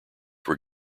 were